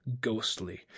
ghostly